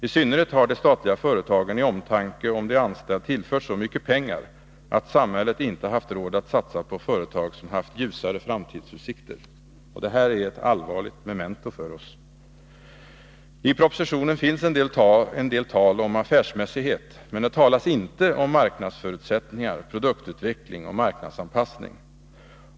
I synnerhet har de statliga företagen i omtanke om de anställda tillförts så mycket pengar att samhället inte haft råd att satsa på företag som haft ljusare framtidsutsikter. Det här är ett allvarligt memento för oss. I propositionen finns en del tal om ”affärsmässighet”. Men det talas inte om marknadsförutsättningar, produktutveckling och marknadsanpassning.